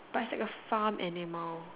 but it's like a farm animal